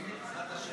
בעזרת השם.